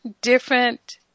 different